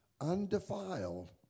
undefiled